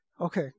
okay